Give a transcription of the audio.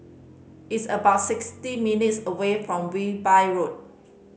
it's about sixty minutes' away from Wilby Road